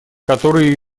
которые